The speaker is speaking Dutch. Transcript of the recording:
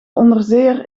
onderzeeër